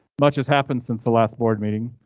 much has happened since the last board meeting,